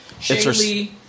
Shaylee